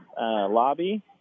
lobby